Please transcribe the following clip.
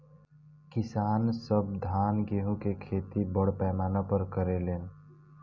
किसान सब धान गेहूं के खेती बड़ पैमाना पर करे लेन